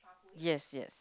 yes yes